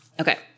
Okay